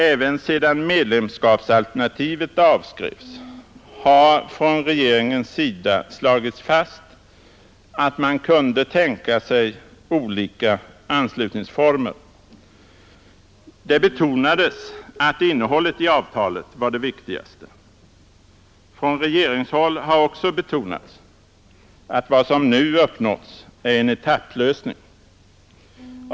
Även sedan medlemskapsalternativet avskrevs har från regeringens sida slagits fast att man kunde tänka sig olika anslutningsformer. Det betonades att innehållet i avtalet var det viktigaste. Från regeringshåll har också understrukits att vad som nu uppnåtts är en etapplösning.